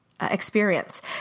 experience